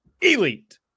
elite